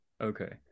Okay